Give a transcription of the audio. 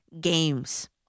games